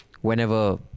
whenever